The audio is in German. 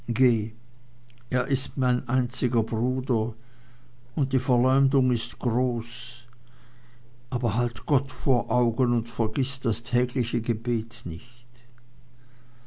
er ist mein einziger bruder und die verleumdung ist groß aber halt gott vor augen und vergiß das tägliche gebet nicht